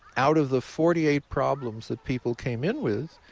out of the forty eight problems that people came in with,